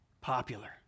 popular